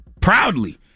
proudly